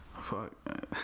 fuck